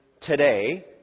today